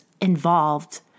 involved